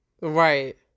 Right